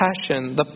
passion